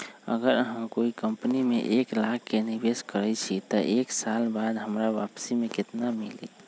अगर हम कोई कंपनी में एक लाख के निवेस करईछी त एक साल बाद हमरा वापसी में केतना मिली?